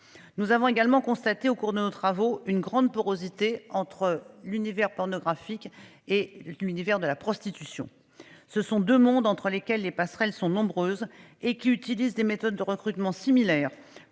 Nous avons également constaté au cours de nos travaux une grande porosité entre l'univers pornographique et l'univers de la prostitution. Ce sont 2 mondes entrent lesquels les passerelles sont nombreuses et qui utilise des méthodes de recrutement similaire